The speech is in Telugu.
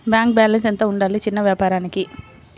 బ్యాంకు బాలన్స్ ఎంత ఉండాలి చిన్న వ్యాపారానికి?